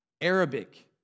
Arabic